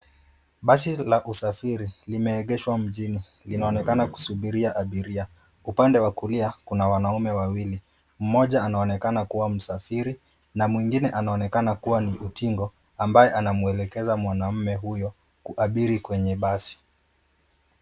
Basi la kusafiri limeegeshwa mjini. Linaonekana kusubiria abiria. Upande wa kulia kuna wanaume wawili, mmoja anaonekana kua msafiri na mwingine anaonekana kua ni utingo, ambaye anamwelekeza mwanaume huyo kuabiri kwenye basi.